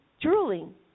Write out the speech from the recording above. drooling